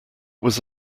was